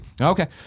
Okay